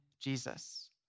Jesus